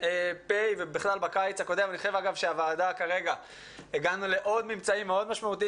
אני חושב שהגענו לממצאים משמעותיים,